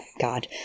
God